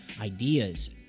ideas